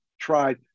tried